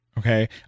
Okay